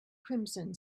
crimson